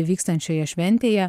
vykstančioje šventėje